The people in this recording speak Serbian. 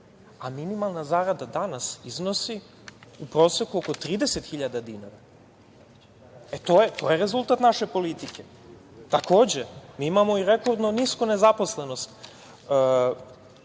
a minimalna zarada danas iznosi u proseku oko 30 hiljada dinara. E, to je rezultat naše politike. Takođe, mi imamo i rekordno nisku nezaposlenost.